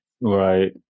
right